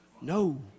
No